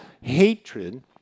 hatred